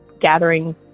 gathering